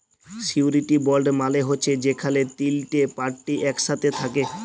surety বল্ড মালে হছে যেখালে তিলটে পার্টি ইকসাথে থ্যাকে